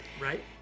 Right